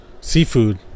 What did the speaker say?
Seafood